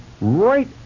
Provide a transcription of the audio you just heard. right